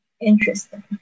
Interesting